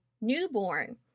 newborn